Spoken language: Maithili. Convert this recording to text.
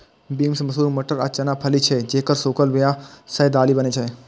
बीन्स, मसूर, मटर आ चना फली छियै, जेकर सूखल बिया सं दालि बनै छै